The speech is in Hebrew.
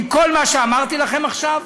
עם כל מה שאמרתי לכם עכשיו.